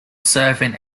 surfing